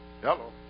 Hello